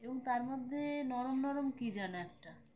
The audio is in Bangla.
এবং তার মধ্যে নরম নরম কি যেন একটা